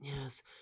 yes